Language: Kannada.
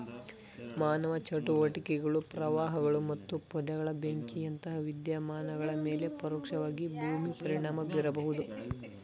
ಮಾನವ ಚಟುವಟಿಕೆಗಳು ಪ್ರವಾಹಗಳು ಮತ್ತು ಪೊದೆಗಳ ಬೆಂಕಿಯಂತಹ ವಿದ್ಯಮಾನಗಳ ಮೇಲೆ ಪರೋಕ್ಷವಾಗಿ ಭೂಮಿ ಪರಿಣಾಮ ಬೀರಬಹುದು